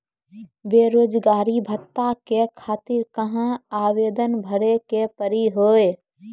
बेरोजगारी भत्ता के खातिर कहां आवेदन भरे के पड़ी हो?